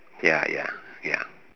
ya ya ya